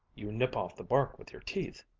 you nip off the bark with your teeth.